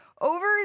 over